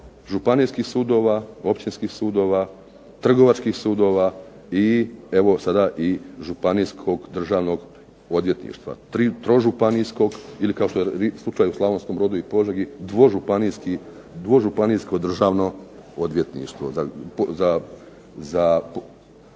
županijskih sudova, općinskih sudova, trgovačkih sudova i evo sada i županijskog državnog odvjetništva. Trožupanijskog ili kao što je slučaj u Slavonskom Brodu i Požegi dvožupanijsko državno odvjetništvo za područje